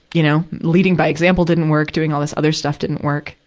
you know, leading by example didn't work, doing all this other stuff didn't work.